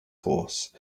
horse